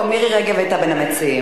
לא, מירי רגב היתה בין המציעים.